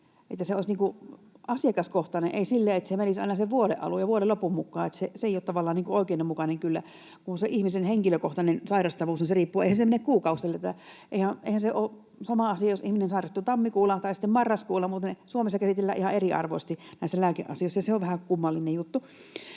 että se olisi asiakaskohtainen — ei silleen, että se menisi aina sen vuoden alun ja vuoden lopun mukaan? Se ei ole kyllä tavallaan oikeudenmukaista, kun eihän se ihmisen henkilökohtainen sairastavuus mene kuukausittain. Eihän se ole sama asia. Jos ihminen sairastuu tammikuussa tai marraskuussa, niin Suomessa käsitellään ihan eriarvoisesti näissä lääkeasioissa, ja se on vähän kummallinen juttu.